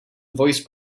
voice